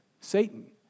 Satan